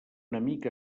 enemic